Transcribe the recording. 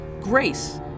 Grace